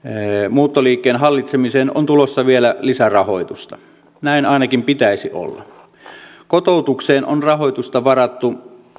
muuttoliikkeen hallitsemiseen on tulossa vielä lisärahoitusta näin ainakin pitäisi olla kotoutukseen on rahoitusta varattu